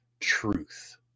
truth